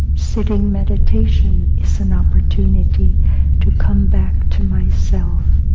sitting meditation is an opportunity to come back to myself,